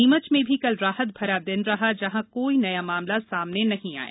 नीमच में भी कल राहत भरा दिन रहा जहां कोई नया मामला सामने नहीं आया